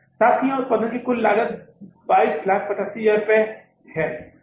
साथ ही यहां उत्पादन की कुल लागत 22850000 रुपये है